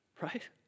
Right